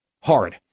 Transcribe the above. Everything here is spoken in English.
hard